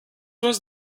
was